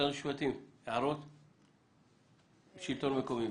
שלטון מקומי.